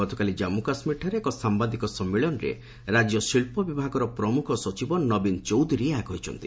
ଗତକାଲି ଜାଞ୍ଚୁକାଶ୍ମୀରଠାରେ ଏକ ସାମ୍ଭାଦିକ ସମ୍ମିଳନୀରେ ରାଜ୍ୟ ଶିଳ୍ପ ବିଭାଗର ପ୍ରମୁଖ ସଚିବ ନବୀନ ଚୌଧୁରୀ ଏହା କହିଛନ୍ତି